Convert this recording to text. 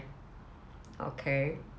okay